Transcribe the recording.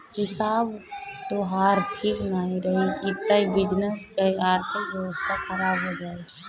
हिसाब तोहार ठीक नाइ रही तअ बिजनेस कअ अर्थव्यवस्था खराब हो जाई